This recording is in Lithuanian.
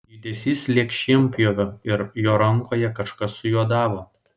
judesys lyg šienpjovio ir jo rankoje kažkas sujuodavo